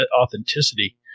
authenticity